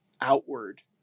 outward